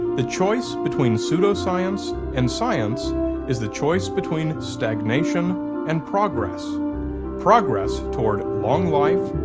the choice between pseudoscience and science is the choice between stagnation and progress progress toward long life,